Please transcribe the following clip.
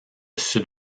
sud